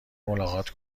ملاقات